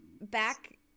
back